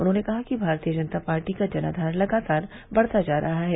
उन्होंने कहा कि भारतीय जनता पार्टी का जनाघार लगातार बढ़ता जा रहा है